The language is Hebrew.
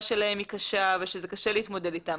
שלהם היא קשה ושזה קשה להתמודד איתם